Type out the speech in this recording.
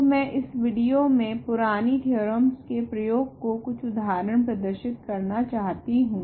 तो मैं इस विडियो मे पुरानी थेओरेमस के प्रयोग को कुछ उदाहरण प्रदर्शित करना चाहती हूँ